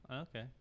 Okay